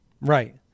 right